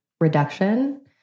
reduction